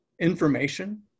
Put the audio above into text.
information